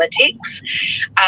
politics